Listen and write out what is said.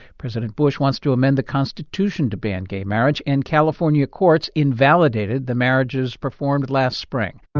president bush wants to amend the constitution to ban gay marriage, and california courts invalidated the marriages performed last spring